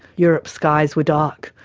europe's skies were dark,